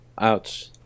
Ouch